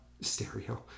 Stereo